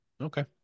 Okay